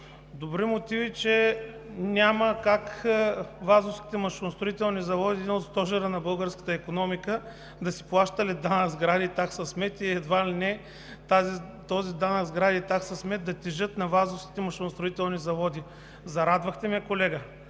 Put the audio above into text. Добри мотиви, да няма как Вазовските машиностроителни заводи, един от стожерите на българската икономика, да си плащали данък „Сгради“ и такса „Смет“ и едва ли не този данък „Сгради“ и такса „Смет“ да тежат на Вазовските машиностроителни заводи. Зарадвахте ме, колега.